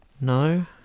No